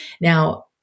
Now